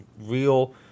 real